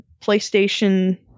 PlayStation